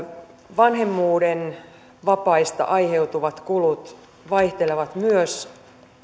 vanhemmuuden vapaista aiheutuvat kulut vaihtelevat myös